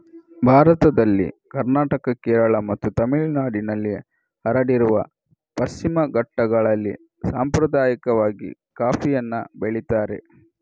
ಭಾರತದಲ್ಲಿ ಕರ್ನಾಟಕ, ಕೇರಳ ಮತ್ತು ತಮಿಳುನಾಡಿನಲ್ಲಿ ಹರಡಿರುವ ಪಶ್ಚಿಮ ಘಟ್ಟಗಳಲ್ಲಿ ಸಾಂಪ್ರದಾಯಿಕವಾಗಿ ಕಾಫಿಯನ್ನ ಬೆಳೀತಾರೆ